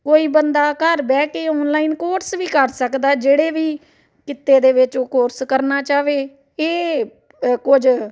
ਕੋਈ ਬੰਦਾ ਘਰ ਬਹਿ ਕੇ ਔਨਲਾਈਨ ਕੋਰਸ ਵੀ ਕਰ ਸਕਦਾ ਜਿਹੜੇ ਵੀ ਕਿੱਤੇ ਦੇ ਵਿੱਚ ਉਹ ਕੋਰਸ ਕਰਨਾ ਚਾਹੇ ਇਹ ਅ ਕੁਝ